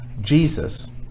Jesus